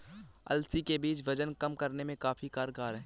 अलसी के बीज वजन कम करने में काफी कारगर है